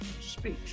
speech